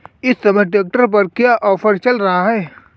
इस समय ट्रैक्टर पर क्या ऑफर चल रहा है?